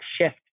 shift